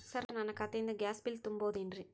Sir ನನ್ನ ಖಾತೆಯಿಂದ gas bill ತುಂಬಹುದೇನ್ರಿ?